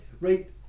right